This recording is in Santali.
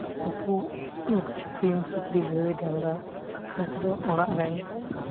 ᱱᱩᱠᱩ ᱥᱤᱢ ᱥᱩᱠᱨᱤ ᱜᱟᱹᱭ ᱰᱟᱝᱨᱟ ᱱᱩᱠᱩ ᱫᱚ ᱚᱲᱟᱜ ᱨᱮᱱ